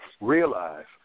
realize